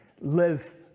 Live